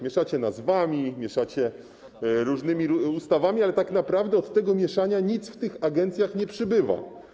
Mieszacie nazwami, mieszacie różnymi ustawami, ale tak naprawdę od tego mieszania nic w tych agencjach nie przybywa.